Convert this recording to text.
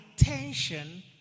attention